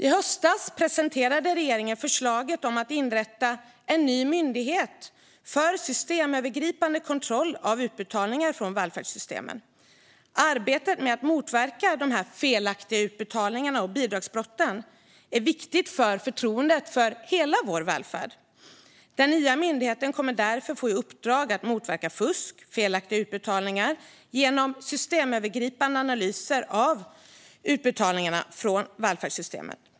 I höstas presenterade regeringen förslaget om att inrätta en ny myndighet för systemövergripande kontroll av utbetalningar från välfärdssystemen. Arbetet med att motverka de felaktiga utbetalningarna och bidragsbrotten är viktigt för förtroendet för hela vår välfärd. Den nya myndigheten kommer därför att få i uppdrag att motverka fusk och felaktiga utbetalningar genom systemövergripande analyser av utbetalningar från välfärdssystemen.